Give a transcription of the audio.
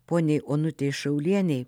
poniai onutei šaulienei